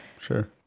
sure